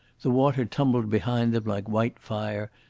the water tumbled behind them like white fire,